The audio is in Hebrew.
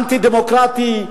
אנטי-דמוקרטית,